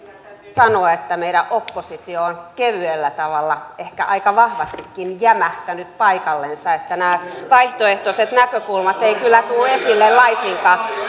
sanoa että meidän oppositio on kevyellä tavalla ehkä aika vahvastikin jämähtänyt paikallensa että nämä vaihtoehtoiset näkökulmat eivät kyllä tule esille laisinkaan